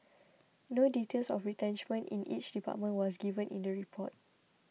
no details of retrenchment in each department was given in the report